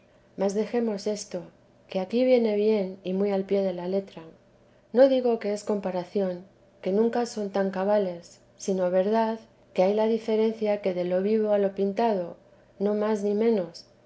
mas dejemos esto que aquí viene bien y muy al pie de la letra no digo que es comparación que nunca son tan cabales sino verdad que hay la diferencia que de lo vivo a lo pintado no más ni menos